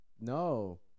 No